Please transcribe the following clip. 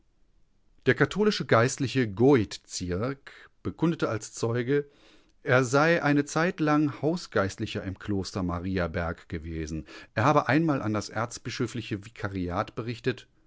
der katholische geistliche goidzierk bekundete als zeuge er sei eine zeitlang hausgeistlicher im kloster mariaberg gewesen er habe einmal an das erzbischöfliche vikariat berichtet